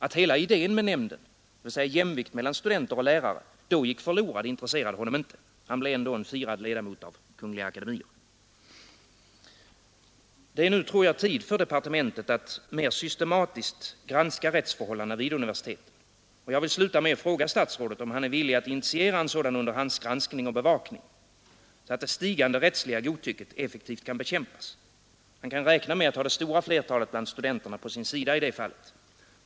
Att hela idén med nämnden — jämvikt mellan studenter och lärare — då gick förlorad intresserade honom inte. Han blev ändå en firad ledamot av kungliga akademier. Det är nu, tror jag, tid för departementet att mer systematiskt granska rättsförhållandena vid universiteten. Jag vill sluta med att fråga statsrådet, om han är villig att initiera en sådan underhandsgranskning och bevakning att det stigande rättsliga godtycket effektivt kan bekämpas. Han kan räkna med att ha det stora flertalet bland studenterna på sin sida i det fallet.